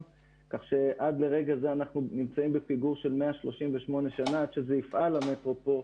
כך שעד לרגע זה אנחנו נמצאים בפיגור של 138 שנים ועד שהמטרו יפעל כאן,